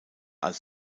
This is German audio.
als